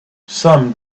some